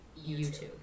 YouTube